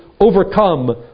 overcome